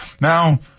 now